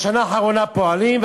בשנה האחרונה פועלים,